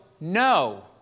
no